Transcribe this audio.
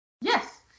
Yes